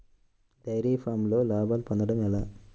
Dairy ఫామ్లో లాభాలు పొందడం ఎలా?